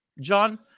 John